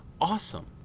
Awesome